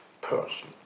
person